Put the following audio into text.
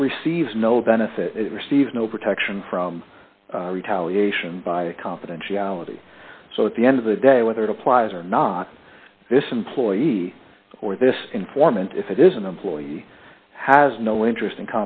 it receives no then if it receives no protection from retaliation by confidentiality so at the end of the day whether it applies or not this employee or this informant if it is an employee has no interest in